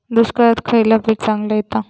दुष्काळात खयला पीक चांगला येता?